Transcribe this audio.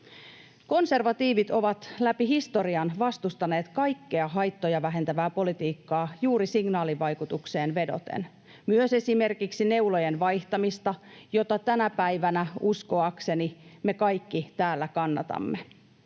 Konservatiivit ovat läpi historian vastustaneet kaikkea haittoja vähentävää politiikkaa juuri signaalivaikutukseen vedoten, myös esimerkiksi neulojen vaihtamista, jota tänä päivänä uskoakseni me kaikki täällä kannatamme.